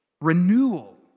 renewal